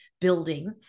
building